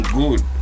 good